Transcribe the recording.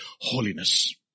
holiness